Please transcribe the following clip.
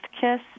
kiss